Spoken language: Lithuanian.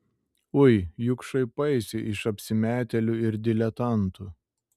ui juk šaipaisi iš apsimetėlių ir diletantų